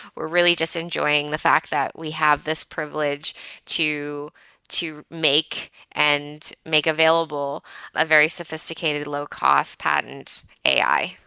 we're really just enjoying the fact that we have this privilege to to make and make available a very sophisticated low-cost patents ai.